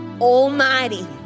Almighty